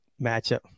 matchup